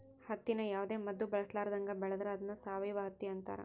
ಹತ್ತಿನ ಯಾವುದೇ ಮದ್ದು ಬಳಸರ್ಲಾದಂಗ ಬೆಳೆದ್ರ ಅದ್ನ ಸಾವಯವ ಹತ್ತಿ ಅಂತಾರ